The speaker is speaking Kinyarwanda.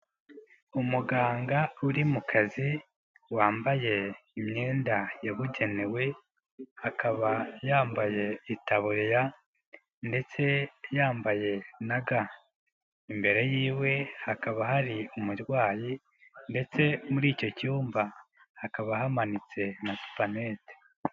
Umuganga uri mu kazi wambaye imyenda yabugenewe, akaba yambaye itaburiya ndetse yambaye na ga imbere yiwe hakaba hari umurwayi, ndetse muri icyo cyumba hakaba hamanitse na supanete.